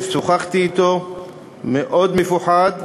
שוחחתי אתו, הוא מאוד מפוחד,